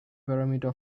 parameter